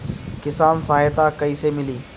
किसान सहायता कईसे मिली?